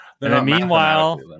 Meanwhile